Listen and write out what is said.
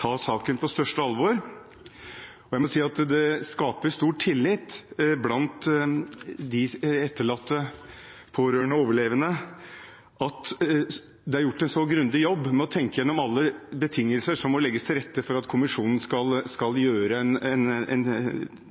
ta saken på største alvor. Jeg må si at det skaper stor tillit blant de etterlatte, pårørende og overlevende at det er gjort en så grundig jobb med å tenke gjennom alle betingelser som må ligge til grunn for at kommisjonen skal gjøre en tillitvekkende gjennomgang av hele saken: At man legger fram en